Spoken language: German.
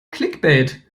clickbait